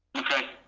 okay,